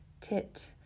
tit